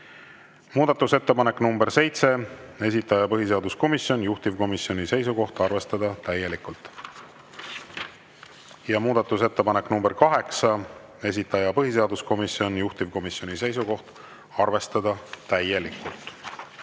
Muudatusettepanek nr 7, esitaja põhiseaduskomisjon, juhtivkomisjoni seisukoht: arvestada täielikult. Muudatusettepanek nr 8, esitaja põhiseaduskomisjon, juhtivkomisjoni seisukoht: arvestada täielikult.